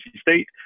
State